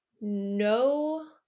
no